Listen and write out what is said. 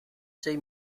sei